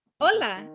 Hola